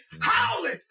Howling